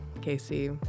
Casey